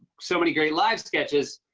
so many great live sketches.